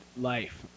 life